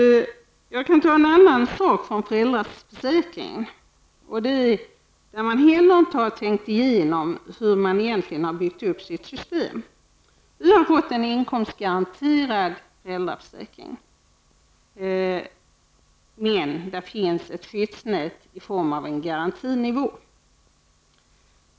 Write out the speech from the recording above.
Jag kan ta upp en annan sak när det gäller föräldraförsäkringen där man inte heller har tänkt igenom hur man egentligen har byggt upp sitt system. Vi har fått en inkomstgaranterad föräldraförsäkring, men där finns ett skyddsnät i form av en garantinivå.